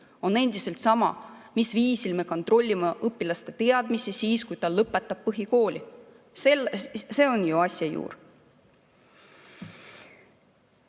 on endiselt sama: mil viisil me kontrollime õpilase teadmisi siis, kui ta lõpetab põhikooli. See on ju asja